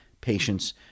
patients